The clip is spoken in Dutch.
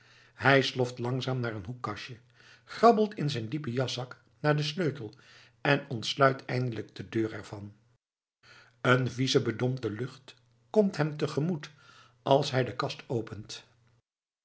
hij sloft langzaam naar een hoekkastje grabbelt in zijn diepen jaszak naar den sleutel en ontsluit eindelijk de deur er van een vieze bedompte lucht komt hem te gemoet als hij de kast opent